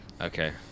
Okay